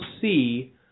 see